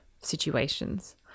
situations